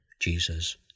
Jesus